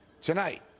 Tonight